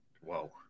Whoa